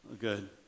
good